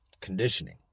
conditioning